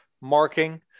Marking